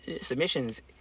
submission's